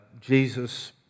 Jesus